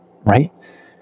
right